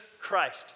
Christ